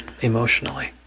emotionally